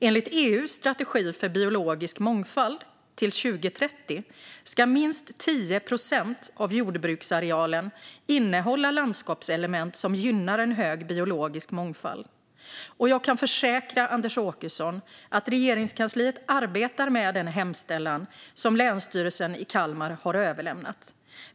Enligt EU:s strategi för biologisk mångfald till 2030 ska minst 10 procent av jordbruksarealen innehålla landskapselement som gynnar en hög biologisk mångfald. Jag kan försäkra Anders Åkesson att Regeringskansliet arbetar med den hemställan som Länsstyrelsen i Kalmar län har överlämnat.